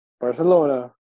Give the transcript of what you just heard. barcelona